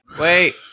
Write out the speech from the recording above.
wait